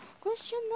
Question